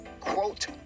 quote